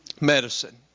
medicine